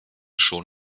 schon